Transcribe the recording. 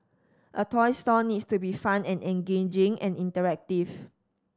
a toy store needs to be fun and engaging and interactive